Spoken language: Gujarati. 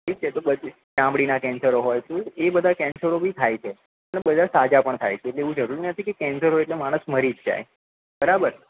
ઠીક છે તો બધે ચામડીનાં કેન્સરો હોય કોઇ બી એ બધાં કેન્સરો બી થાય છે અને બધા સાજા પણ થાય છે એટલે એવું જરૂરી નથી કે કેન્સર હોય એટલે માણસ મરી જ જાય બરાબર